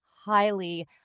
highly